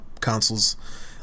consoles